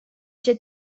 see